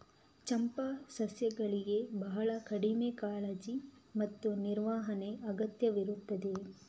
ಚಂಪಾ ಸಸ್ಯಗಳಿಗೆ ಬಹಳ ಕಡಿಮೆ ಕಾಳಜಿ ಮತ್ತು ನಿರ್ವಹಣೆ ಅಗತ್ಯವಿರುತ್ತದೆ